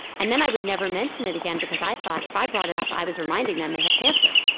and then i would never mention it again because i thought if i brought it up i was reminding them they had cancer.